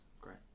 Great